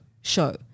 show